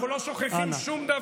לא, לא, אנחנו לא שוכחים שום דבר.